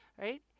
right